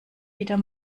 wieder